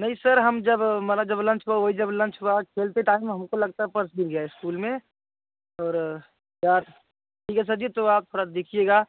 नहीं सर हम जब हमारा जब लंच हुआ वो ही जब लंच हुआ तो उसी टाइम पर हमको लगता है पर्स गिर गया इस्कूल में और सर ठीक है सर जी थोड़ा आप देखिएगा